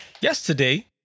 Yesterday